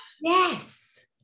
Yes